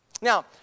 Now